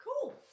cool